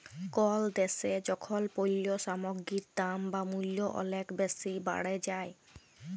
call দ্যাশে যখল পল্য সামগ্গির দাম বা মূল্য অলেক বেসি বাড়ে যায়